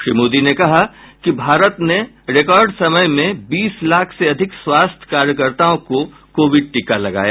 श्री मोदी ने कहा कि भारत ने रिकार्ड समय में बीस लाख से अधिक स्वास्थ्य कार्यकर्ताओं को कोविड टीका लगाया